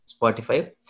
Spotify